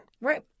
Right